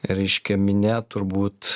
reiškia minia turbūt